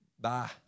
Bye